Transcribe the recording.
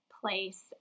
place